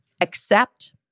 Accept